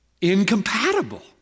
incompatible